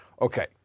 Okay